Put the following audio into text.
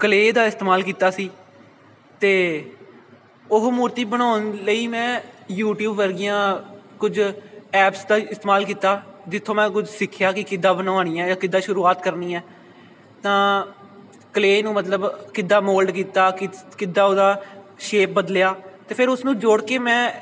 clay ਦਾ ਇਸਤੇਮਾਲ ਕੀਤਾ ਸੀ ਅਤੇ ਉਹ ਮੂਰਤੀ ਬਣਾਉਣ ਲਈ ਮੈਂ ਯੂਟੀਊਬ ਵਰਗੀਆਂ ਕੁਝ ਐਪਸ ਦਾ ਇਸਤੇਮਾਲ ਕੀਤਾ ਜਿੱਥੋਂ ਮੈਂ ਖੁਦ ਸਿੱਖਿਆ ਕਿ ਕਿੱਦਾਂ ਬਣਾਉਣੀਆਂ ਜਾਂ ਕਿੱਦਾਂ ਸ਼ੁਰੂਆਤ ਕਰਨੀ ਆ ਤਾਂ ਕਲੇਅ ਨੂੰ ਮਤਲਬ ਕਿੱਦਾਂ ਮੋਲਡ ਕੀਤਾ ਕਿ ਕਿੱਦਾਂ ਉਹਦਾ ਸ਼ੇਪ ਬਦਲਿਆ ਅਤੇ ਫਿਰ ਉਸ ਨੂੰ ਜੋੜ ਕੇ ਮੈਂ